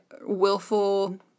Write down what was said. willful